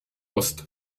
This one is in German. ost